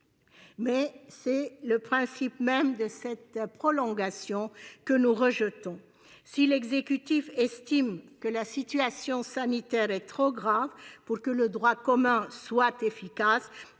Mais c'est le principe même de cette prolongation que nous rejetons. Si l'exécutif estime que la situation sanitaire est trop grave pour que le droit commun soit efficace,